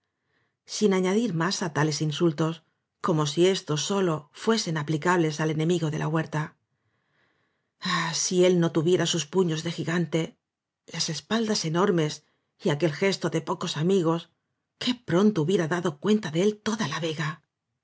sin añadir más á tales insultos como si éstos sólo fuesen aplicables al enemigo de la huerta ah si él no tuviera sus puños de gigante las espaldas enormes y aquel gesto de pocosamigos qué pronto hubiera dado cuenta de él toda la vega